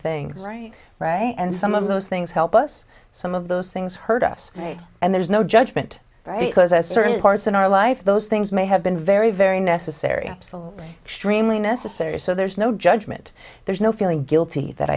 things right right and some of those things help us some of those things hurt us right and there's no judgment right because as certain parts in our life those things may have been very very necessary streamline necessary so there's no judgment there's no feeling guilty that